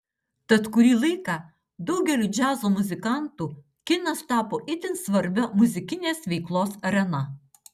tad kurį laiką daugeliui džiazo muzikantų kinas tapo itin svarbia muzikinės veiklos arena